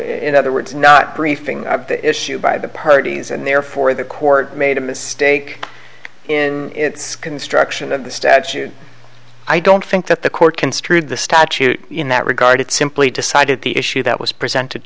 in other words not briefing the issue by the parties and therefore the court made a mistake in its construction of the statute i don't think that the court construed the statute in that regard it simply decided the issue that was presented